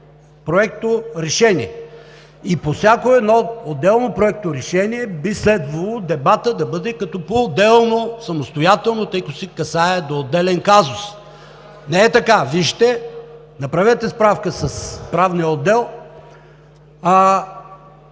проекторешения и по всяко едно отделно проекторешение би следвало дебатът да бъде поотделно, самостоятелно, тъй като се касае до отделен казус. Не е така – вижте, направете справка с Правния отдел.